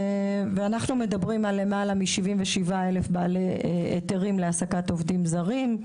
אנחנו מדברים על למעלה מ-77,000 בעלי היתרים להעסקת עובדים זרים,